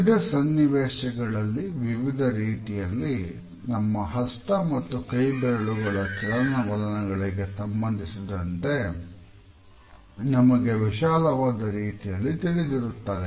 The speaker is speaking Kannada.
ವಿವಿಧ ಸನ್ನಿವೇಶಗಳಲ್ಲಿ ವಿವಿಧ ರೀತಿಯಲ್ಲಿ ನಮ್ಮ ಹಸ್ತ ಮತ್ತು ಕೈಬೆರಳುಗಳ ಚಲನವಲನಗಳಿಗೆ ಸಂಬಂಧಿಸಿದಂತೆ ನಮಗೆ ವಿಶಾಲವಾದ ರೀತಿಯಲ್ಲಿ ತಿಳಿದಿರುತ್ತದೆ